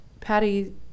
Patty